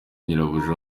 nyirabuja